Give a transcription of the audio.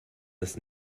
das